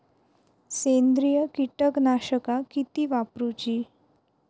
सेंद्रिय कीटकनाशका किती वापरूची?